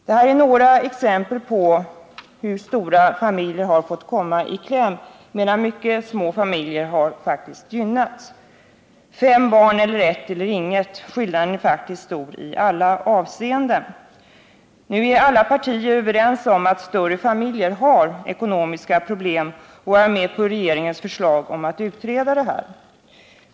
Detta var några exempel på hur stora familjer har fått komma i kläm, medan mycket små familjer har gynnats. Fem barn, ett eller inget — skillnaden är stor i alla avseenden. Då alla partier nu är överens om att större familjer har ekonomiska problem, går jag med på regeringens förslag om att tillsätta en utredning.